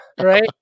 right